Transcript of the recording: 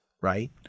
right